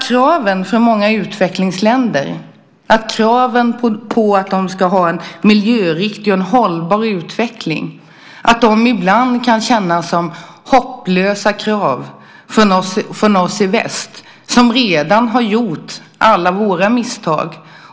Kraven på utvecklingsländerna att de ska ha en miljöriktig och hållbar utveckling kan ibland kännas som hopplösa krav från oss i väst som redan har gjort alla våra misstag.